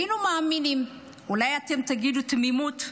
היינו מאמינים, אולי אתם תגידו שזו תמימות,